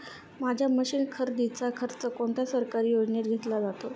माझ्या मशीन खरेदीचा खर्च कोणत्या सरकारी योजनेत घेतला जातो?